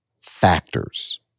factors